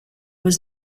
was